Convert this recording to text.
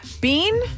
Bean